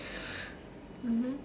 mmhmm